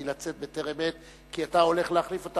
לצאת בטרם עת כי אתה הולך להחליף אותה,